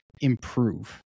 improve